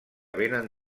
vénen